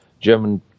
German